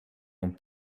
non